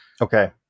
Okay